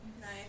Nice